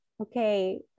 Okay